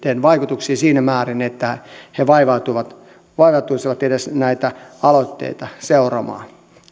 vaikutukseen siinä määrin että he vaivautuisivat vaivautuisivat edes aloitteita seuraamaan